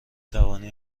توانی